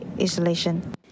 isolation